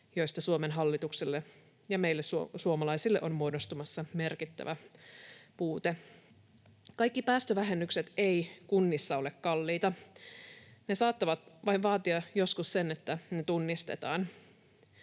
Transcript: joista Suomen hallitukselle ja meille suomalaisille on muodostumassa merkittävä puute. Kaikki päästövähennykset eivät kunnissa ole kalliita. Ne saattavat vain vaatia joskus sen, että ne tunnistetaan.